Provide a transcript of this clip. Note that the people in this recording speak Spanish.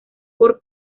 por